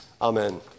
Amen